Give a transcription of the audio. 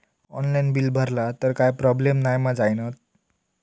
Online bill भरला तर काय प्रोब्लेम नाय मा जाईनत?